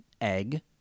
egg